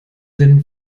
den